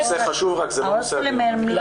זה נושא חשוב, רק זה לא נושא הדיון.